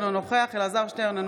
אינו נוכח אלעזר שטרן,